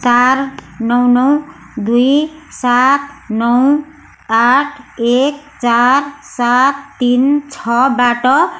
चार नौ नौ दुई सात नौ आठ एक चार सात तिन छबाट